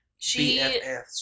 BFFs